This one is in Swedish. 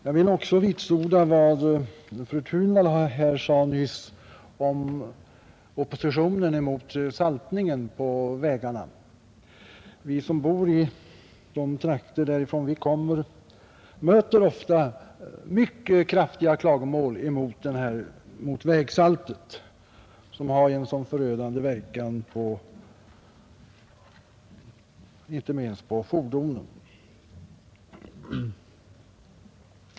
Jag vill också vitsorda vad fru Thunvall här nyss sade om oppositionen mot saltningen på vägarna. I våra hemtrakter möter vi ofta mycket kraftiga klagomål mot vägsaltet som har en så förödande verkan, inte minst på fordonen.